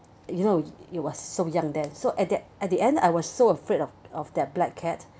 you know it was so young then so at that at the end I was so afraid of of that black cat